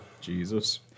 Jesus